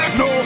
no